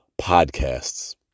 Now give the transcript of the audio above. podcasts